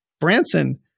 Branson